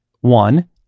One